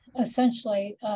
essentially